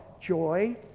joy